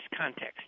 context